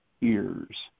ears